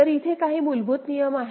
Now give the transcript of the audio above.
तर इथे काही मूलभूत नियम आहेत